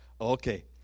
Okay